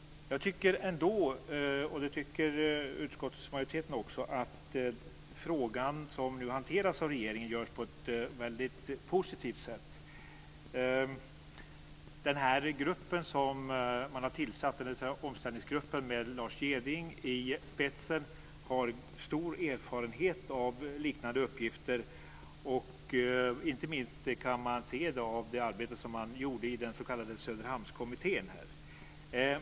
Jag tycker ändå - det tycker utskottsmajoriteten också - att frågan som nu hanteras av regeringen hanteras på ett väldigt positivt sätt. Den grupp som har tillsatts - omställningsgruppen - med Lars Jeding i spetsen har stor erfarenhet av liknande uppgifter. Inte minst kan vi se det i det arbete som man gjorde i den s.k. Söderhamnskommittén.